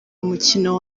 umukino